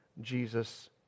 Jesus